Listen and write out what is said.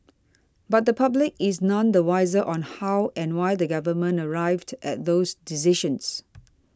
but the public is none the wiser on how and why the Government arrived at those decisions